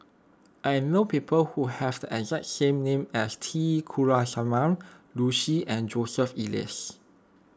I know people who have the exact name as T Kulasekaram Liu Si and Joseph Elias